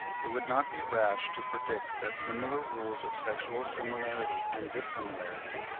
it would not be rash to predict that similar rules of sexual similarity and dissimilarity,